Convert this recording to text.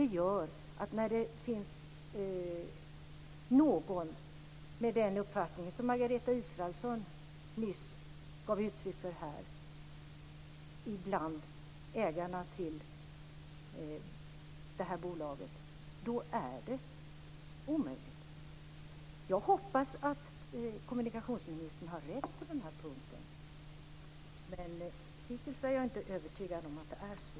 Det gör att när det finns någon med den uppfattning som Margareta Israelsson nyss gav uttryck för bland ägarna till bolaget är det omöjligt. Jag hoppas att kommunikationsministern har rätt på den här punkten, men hittills är jag inte övertygad om att det är så.